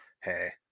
Hey